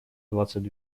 двадцать